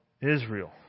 Israel